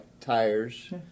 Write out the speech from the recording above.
tires